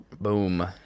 boom